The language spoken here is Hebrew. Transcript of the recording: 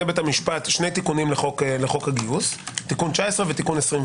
בית המשפט שני תיקונים לחוק הגיוס תיקונים 19 ו-21.